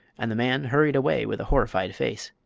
and the man hurried away with a horrified face.